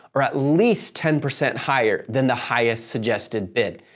are at least ten percent higher than the highest suggested bid.